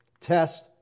Test